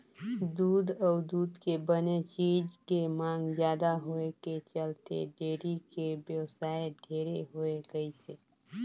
दूद अउ दूद के बने चीज के मांग जादा होए के चलते डेयरी के बेवसाय ढेरे होय गइसे